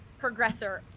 progressor